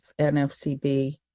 NFCB